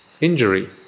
injury